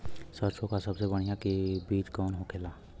सरसों का सबसे बढ़ियां बीज कवन होखेला?